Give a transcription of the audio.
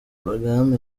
porogaramu